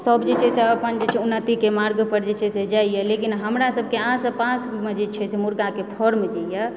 सब जे छै से अपन जे छै से उन्नतिके मार्ग पर जे छै से जाइए लेकिन हमरा सबकेँ आसपासमे जे छै से मुर्गाके फर्म जे यऽ